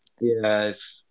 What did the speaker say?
Yes